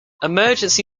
emergency